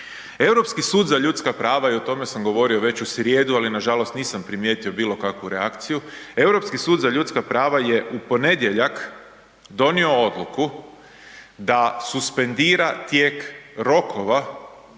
Europski sud za ljudska prava je u ponedjeljak donio odluku da suspendira tijek rokova